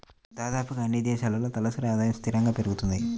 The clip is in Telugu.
దాదాపుగా అన్నీ దేశాల్లో తలసరి ఆదాయము స్థిరంగా పెరుగుతుంది